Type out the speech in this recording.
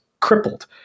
crippled